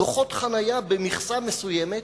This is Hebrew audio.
דוחות חנייה במכסה מסוימת,